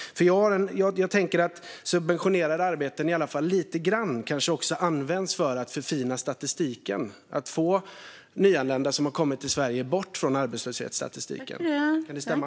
Jag tänker att subventionerade arbeten kanske lite grann också används för att förfina statistiken och få nyanlända som har kommit till Sverige bort från arbetslöshetsstatistiken. Kan det stämma?